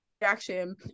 reaction